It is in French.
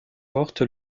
porte